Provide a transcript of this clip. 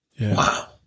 Wow